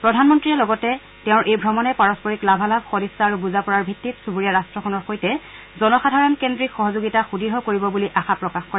প্ৰধানমন্ত্ৰীয়ে লগতে তেওঁৰ এই ভ্ৰমণে পাৰস্পৰিক লাভালাভ সদিছা আৰু বুজাপৰাৰ ভিত্তিত চুবুৰীয়া ৰাট্টখনৰ সৈতে জনসাধাৰণ কেন্দ্ৰিক সহযোগিতা সুদৃঢ় কৰিব বুলি আশা প্ৰকাশ কৰে